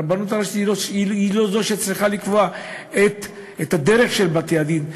שהרבנות הראשית היא לא זו שצריכה לקבוע את הדרך של בתי-הדין,